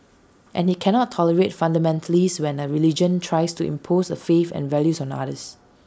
and he cannot tolerate fundamentalists when A religion tries to impose A faith and values on others